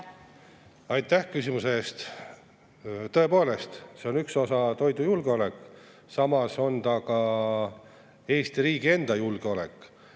Aitäh küsimuse eest! Tõepoolest, see on üks osa, toidujulgeolek. Samas on see ka Eesti riigi enda julgeolek.